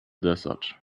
desert